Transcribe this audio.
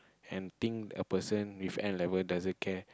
and think a person with N-level doesn't care